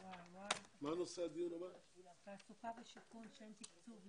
12:02.